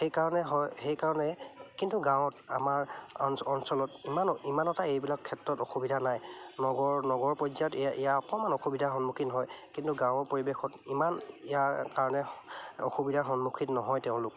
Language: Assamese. সেইকাৰণে হয় সেইকাৰণে কিন্তু গাঁৱত আমাৰ অন অঞ্চলত ইমান ইমান এটা এইবিলাক ক্ষেত্ৰত অসুবিধা নাই নগৰ নগৰ পৰ্যায়ত ইয়া ইয়াৰ অকণমান অসুবিধাৰ সন্মুখীন হয় কিন্তু গাঁৱৰ পৰিৱেশত ইমান ইয়াৰ কাৰণে অসুবিধাৰ সন্মুখীন নহয় তেওঁলোক